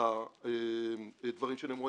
לדברים שנאמרו,